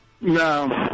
No